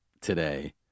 today